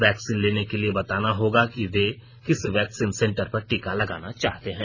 vaccine लेने के लिए बताना होगा कि वे किस वैक्सीन सेंटर पर टीका लगाना चाहते हैं